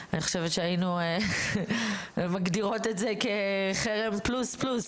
אני חושבת שהיינו מגדירות את זה כחרם פלוס פלוס...